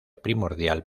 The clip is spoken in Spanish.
primordial